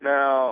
Now